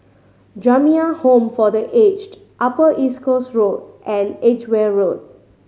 Jamiyah Home for The Aged Upper East Coast Road and Edgware Road